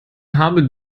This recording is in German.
habe